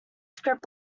script